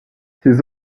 ses